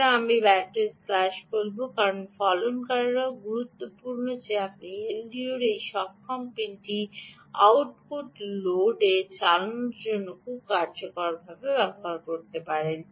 সুতরাং আমি battery slash বলব কারণ ফলনকারীরাও গুরুত্বপূর্ণ যে আপনি এলডিওর এই সক্ষম পিনটি আউটপুট লোড চালানোর জন্য খুব কার্যকরভাবে ব্যবহার করতে পারেন